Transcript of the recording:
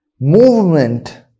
movement